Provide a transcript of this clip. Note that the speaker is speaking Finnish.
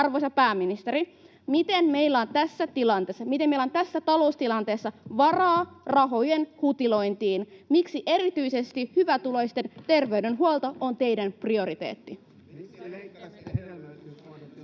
arvoisa pääministeri: Miten meillä on tässä taloustilanteessa varaa rahojen hutilointiin? Miksi erityisesti hyvätuloisten terveydenhuolto on teidän prioriteettinne?